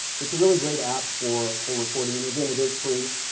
so it's a really great app for for recording. and again it is free,